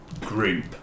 group